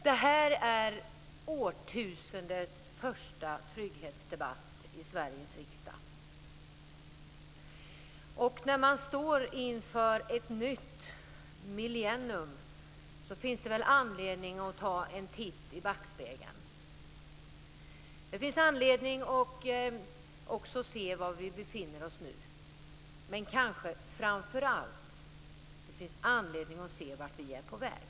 Det här är årtusendets första trygghetsdebatt i Sveriges riksdag. När man står inför ett nytt millennium finns det anledning att ta en titt i backspegeln. Det finns också anledning att se var vi befinner oss nu. Men kanske framför allt: Det finns anledning att se vart vi är på väg.